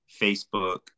Facebook